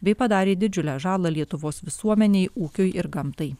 bei padarė didžiulę žalą lietuvos visuomenei ūkiui ir gamtai